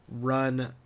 run